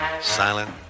silent